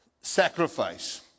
sacrifice